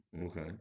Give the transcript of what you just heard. Okay